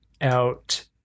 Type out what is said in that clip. out